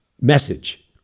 message